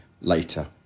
later